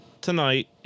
tonight